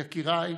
יקיריי,